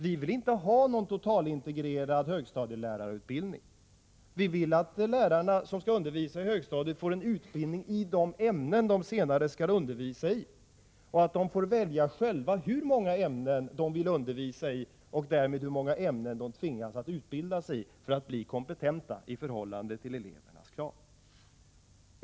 Vi vill inte ha en totalintegrerad högstadielärarutbildning. Vi vill att de lärare som skall undervisa på högstadiet skall få utbildning i de ämnen de senare skall undervisa i. De får då välja själva hur många ämnen de vill undervisa i och därmed hur många ämnen de skall utbilda sig i för att bli 39 kompetenta.